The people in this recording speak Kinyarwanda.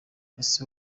ese